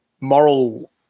moral